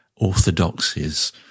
orthodoxies